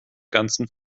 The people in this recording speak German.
ganzen